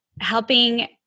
helping